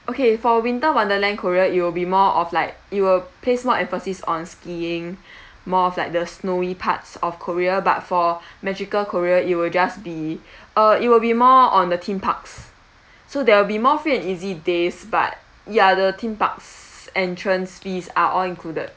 okay for winter wonderland korea it will be more of like it will place more emphasis on skiing more of like the snowy parts of korea but for magical korea it will just be uh it will be more on the theme parks so there will be more free and easy days but ya the theme parks entrance fees are all included